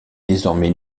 désormais